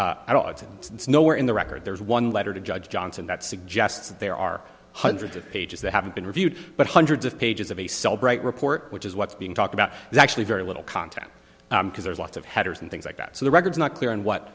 know where in the record there's one letter to judge johnson that suggests that there are hundreds of pages that haven't been reviewed but hundreds of pages of a celebrate report which is what's being talked about actually very little contact because there's lots of headers and things like that so the records not clear and what